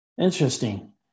Interesting